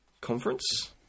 conference